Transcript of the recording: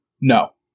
No